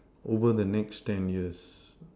over the next ten years